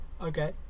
Okay